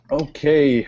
okay